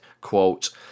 quote